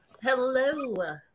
Hello